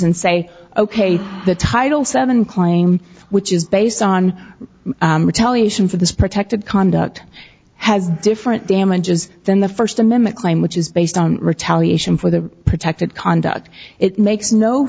and say ok the title seven claim which is based on television for this protected conduct has different damages than the first amendment claim which is based on retaliation for the protected conduct it makes no